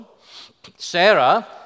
Sarah